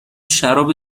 شراب